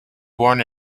born